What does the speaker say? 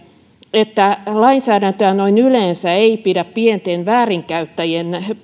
että lainsäädäntöä noin yleensä ei pidä pienen väärinkäyttäjien